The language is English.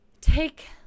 take